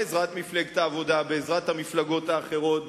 בעזרת מפלגת העבודה ובעזרת המפלגות האחרות,